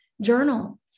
Journal